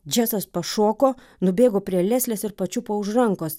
džesas pašoko nubėgo prie leslės ir pačiupo už rankos